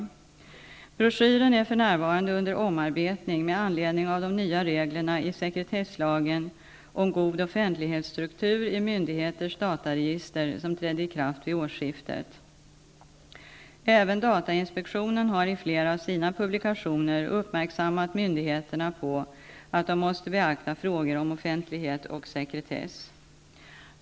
Broschyren är för närvarande under omarbetning med anledning av de nya reglerna i sekretesslagen om god offentlighetsstruktur i myndigheters dataregister som trädde i kraft vid årsskiftet. Även datainspektionen har i flera av sina publikationer uppmärksammat myndighetenrna på att de måste beakta frågor om offentlighet och sekretess.